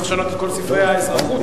צריך לשנות את כל ספרי האזרחות,